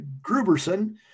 Gruberson